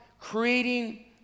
creating